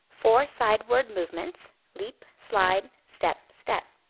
four sideward movements leap, slide, step, step.